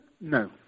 No